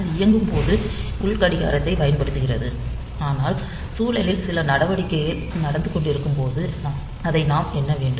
அது இயங்கும் போது உள் கடிகாரத்தைப் பயன்படுத்துகிறது ஆனால் சூழலில் சில நடவடிக்கைகள் நடந்து கொண்டிருக்கும் போது அதை நாம் எண்ண வேண்டும்